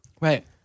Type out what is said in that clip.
Right